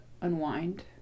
unwind